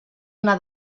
una